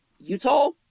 Utah